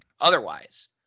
otherwise